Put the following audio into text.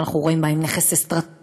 אנחנו רואים בהם נכס אסטרטגי,